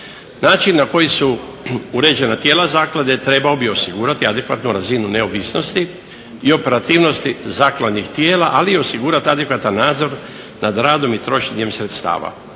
Način na koji su uređena tijela zaklade trebao bi osigurati adekvatnu razinu neovisnosti i operativnosti zakladnih tijela ali i osigurati adekvatan nadzor nad radom i trošenjem sredstava.